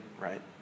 Right